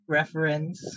reference